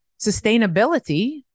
sustainability